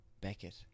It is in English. beckett